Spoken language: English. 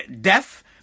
death